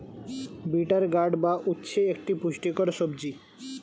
bitter gourd বা উচ্ছে একটি পুষ্টিকর সবজি